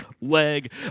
leg